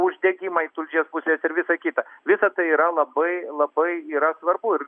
uždegimai tulžies pūslės ir visa kita visa tai yra labai labai yra svarbu ir